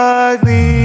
ugly